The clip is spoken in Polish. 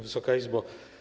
Wysoka Izbo!